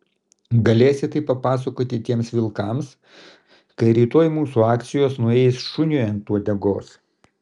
galėsi tai papasakoti tiems vilkams kai rytoj mūsų akcijos nueis šuniui ant uodegos